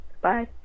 Bye